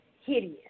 hideous